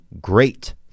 great